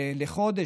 לחודש,